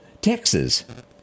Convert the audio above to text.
Texas